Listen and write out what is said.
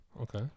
Okay